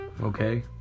Okay